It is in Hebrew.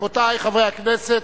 רבותי חברי הכנסת,